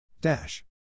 Dash